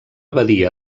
badia